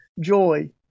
joy